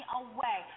away